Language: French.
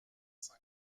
cinq